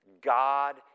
God